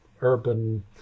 urban